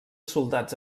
soldats